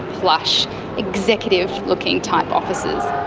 plush executive-looking type offices.